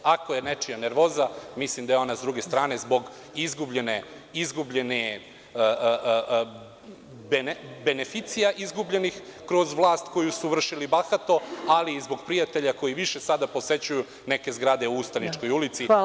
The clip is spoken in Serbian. Ako je nečija nervoza, mislim da je to sa druge strane zbog izgubljenih beneficija kroz vlast koju su vršili bahata, ali i zbog prijatelja koji više sada posećuju neke zgrade u Ustaničkoj ulici.